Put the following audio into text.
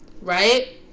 right